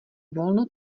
volno